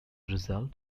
result